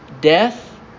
Death